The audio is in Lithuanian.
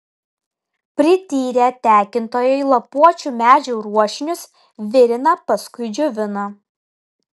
prityrę tekintojai lapuočių medžių ruošinius virina paskui džiovina